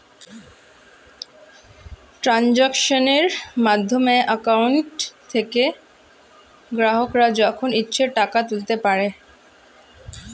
ট্রানজাক্শনের মাধ্যমে অ্যাকাউন্ট থেকে গ্রাহকরা যখন ইচ্ছে টাকা তুলতে পারে